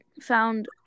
found